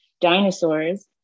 dinosaurs